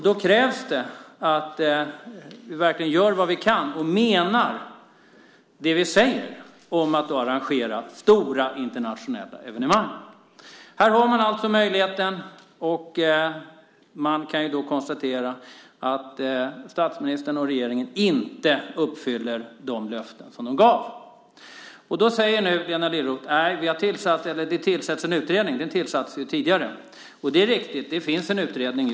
Då krävs det att vi gör vad vi kan och menar det vi säger om att arrangera stora internationella evenemang. Här har man alltså möjligheten, och jag kan då konstatera att statsministern och regeringen inte uppfyller de löften de gav. Lena Liljeroth säger nu att det har tillsatts en utredning. Den tillsattes tidigare. Det är riktigt att det finns en utredning.